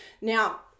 Now